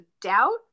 doubt